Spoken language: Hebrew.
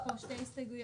יש פה שתי הסתייגויות,